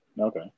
okay